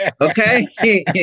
Okay